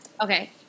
Okay